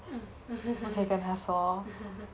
mm